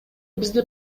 бизди